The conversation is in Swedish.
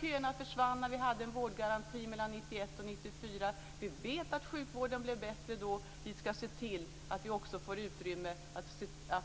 Köerna försvann när vi hade en vårdgaranti mellan 1991 och 1994, och sjukvården blev bättre då. Vi ska se till att vi får utrymme